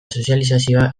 sozializazioa